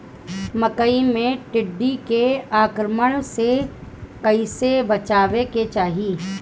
मकई मे टिड्डी के आक्रमण से कइसे बचावे के चाही?